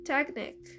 Technic